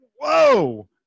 Whoa